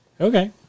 Okay